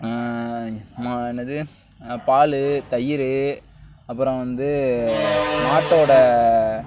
என்னது பால் தயிர் அப்புறம் வந்து மாட்டோட